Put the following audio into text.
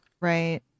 right